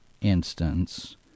instance